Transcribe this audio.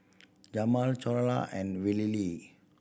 Jamaal Cleola and Wiley Lee